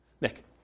Nick